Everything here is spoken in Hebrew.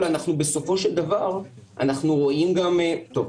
בסופו של דבר אנחנו רואים טוב,